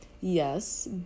yes